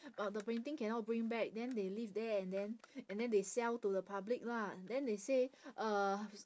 but the painting cannot bring back then they leave there and then and then they sell to the public lah then they say uh